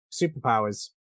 superpowers